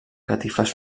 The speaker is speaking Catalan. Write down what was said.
catifes